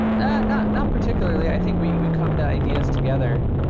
yeah not not particularly. i think we we come to ideas together,